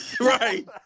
right